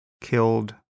killed